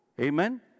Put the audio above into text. Amen